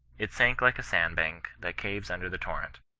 it sank like a sand-bank that caves under the torrent.